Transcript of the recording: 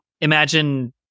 Imagine